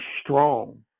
strong